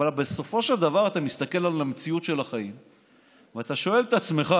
אבל בסופו של דבר אתה מסתכל על המציאות של החיים ואתה שואל את עצמך: